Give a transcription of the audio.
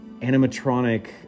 animatronic